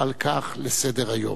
על כך לסדר-היום.